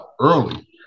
early